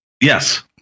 Yes